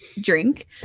drink